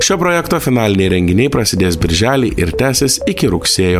šio projekto finaliniai renginiai prasidės birželį ir tęsis iki rugsėjo